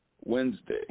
Wednesday